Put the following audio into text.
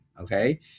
okay